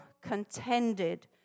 contended